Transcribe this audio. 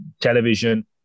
television